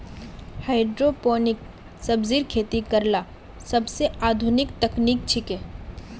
hydroponic सब्जिर खेती करला सोबसे आधुनिक तकनीक छिके